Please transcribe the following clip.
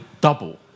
double